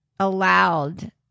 allowed